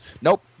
Nope